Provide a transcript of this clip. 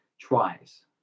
tries